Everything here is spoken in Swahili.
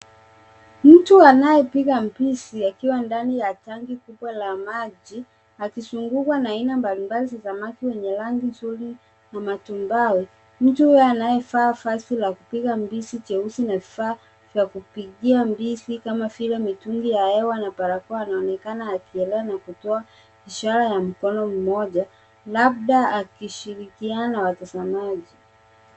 Mtu anayepiga mbizi akiwa ndani ya tanki kubwa ya maji, akizungukwa na aina mbalimbali za samaki zenye rangi nzuri na matumbao. Mtu huyo anayevaa vazi la kupiga mbizi jeusi na vifaa vya kupigia mbizi kama vile mitungi ya hewa na barakoa anaonekana akielea na kutoa ishara ya mkono mmoja, labda alishirikiana na watazamaji.